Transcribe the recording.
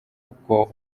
kuko